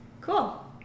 Cool